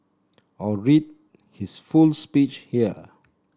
or read his full speech here